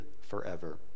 forever